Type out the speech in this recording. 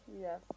Yes